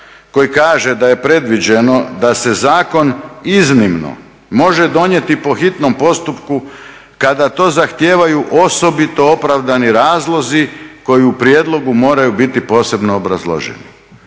koji kaže da je predviđeno da se zakon iznimno može donijeti po hitnom postupku kada to zahtijevaju osobito opravdani razlozi koji u prijedlogu moraju biti posebno obrazloženi.